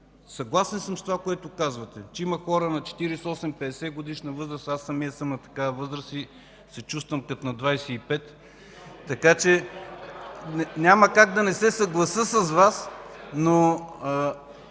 съгласен съм с това, което казвате – има хора на 48 – 50-годишна възраст. Аз самият съм на такава възраст и се чувствам като на 25 години, така че няма как да не се съглася с Вас.